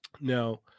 Now